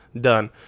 Done